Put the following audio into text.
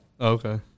Okay